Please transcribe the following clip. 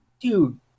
dude